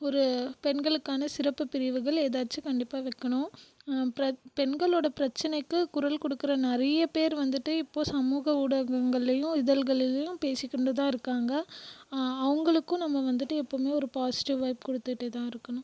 ஒரு பெண்களுக்கான சிறப்பு பிரிவுகள் ஏதாச்சும் கண்டிப்பாக வைக்கணும் பெண்களோட பிரச்சினைக்கு குரல் கொடுக்குற நிறையா பேர் வந்துட்டு இப்போது சமூக ஊடகங்கள்லேயும் இதழ்களிலேயும் பேசிக்கொண்டு தான் இருக்காங்க அவர்களுக்கும் நம்ம வந்துட்டு எப்பவுமே ஒரு பாசிட்டிவ் வைப் கொடுத்துட்டே தான் இருக்கணும்